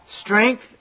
Strength